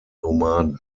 nomaden